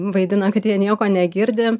vaidina kad jie nieko negirdi